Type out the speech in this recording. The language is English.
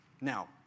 Now